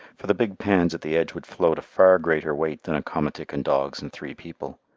for the big pans at the edge would float a far greater weight than a komatik and dogs and three people.